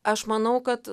aš manau kad